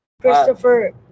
Christopher